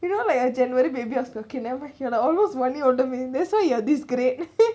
you know like I generally maybe I was talking never mind he will like almost smiling automatically that's why you are this great